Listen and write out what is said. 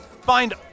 find